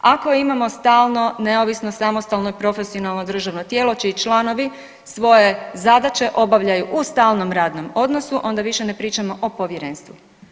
Ako imamo stalno neovisno, samostalno i profesionalno državno tijelo, čiji članovi svoje zadaće obavljaju u stalnom radnom odnosu, onda više ne pričamo o povjerenstvu.